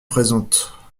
présentes